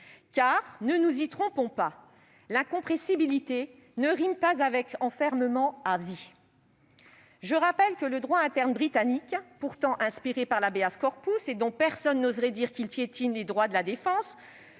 Ne nous y trompons pas, en effet : incompressibilité ne rime pas avec enfermement à vie. Je rappelle que le droit interne britannique, pourtant inspiré par l',et dont personne n'oserait dire qu'il piétine les droits de la défense,